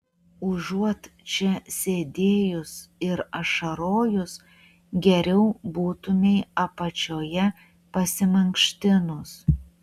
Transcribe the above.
užuot čia sėdėjus ir ašarojus geriau būtumei apačioje pasimankštinus